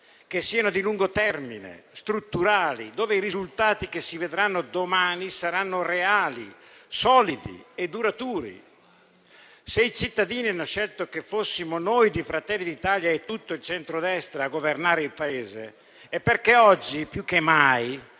che siano di lungo termine, strutturali, in cui i risultati che si vedranno domani saranno reali, solidi e duraturi. Se i cittadini hanno scelto che fossimo noi di Fratelli d'Italia e tutto il centrodestra a governare il Paese, è perché oggi più che mai